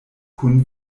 kun